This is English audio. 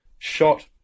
shot